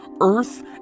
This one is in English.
earth